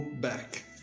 back